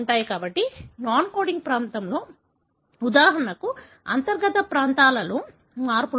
కాబట్టి non coding ప్రాంతాలలో ఉదాహరణకు అంతర్గత ప్రాంతాలలో మార్పులు ఉంటే